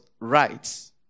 rights